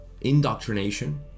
indoctrination